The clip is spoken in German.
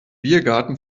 biergarten